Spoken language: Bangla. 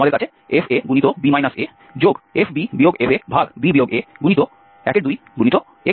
আমাদের কাছে fab afb fb a122